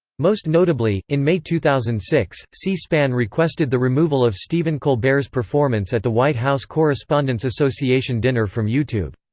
most notably, in may two thousand and six, c-span requested the removal of stephen colbert's performance at the white house correspondents' association dinner from youtube.